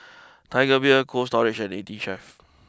Tiger Beer Cold Storage and eighteen Chef